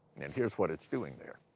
and here's what it's doing there.